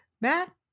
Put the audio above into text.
matt